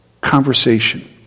conversation